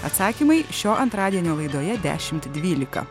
atsakymai šio antradienio laidoje dešimt dvylika